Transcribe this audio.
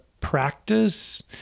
practice